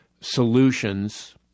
solutions